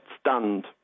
stunned